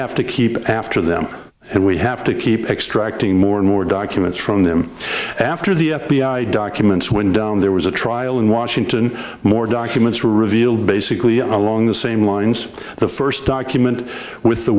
have to keep after them and we have to keep extracting more and more documents from them after the f b i documents went down there was a trial in washington more documents were revealed basically along the same lines the first document with the